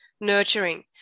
nurturing